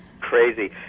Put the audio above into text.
crazy